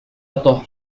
الظهر